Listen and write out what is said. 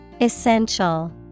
Essential